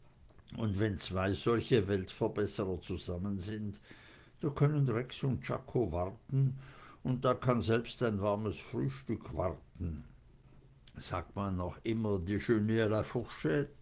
und wenn solche zwei weltverbesserer zusammen sind da können rex und czako warten und da kann selbst ein warmes frühstück warten sagt man noch djeuner la